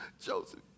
Joseph